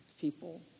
people